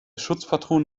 schutzpatron